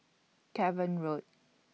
Cavan Road